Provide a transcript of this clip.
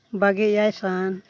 ᱵᱟᱜᱮ ᱮᱭᱟᱭ ᱥᱟᱱ